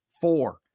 four